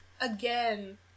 again